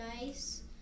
nice